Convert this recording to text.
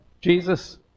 Jesus